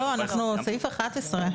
לא, אנחנו בסעיף (11).